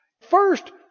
First